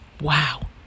wow